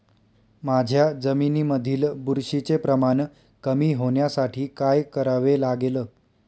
माझ्या जमिनीमधील बुरशीचे प्रमाण कमी होण्यासाठी काय करावे लागेल?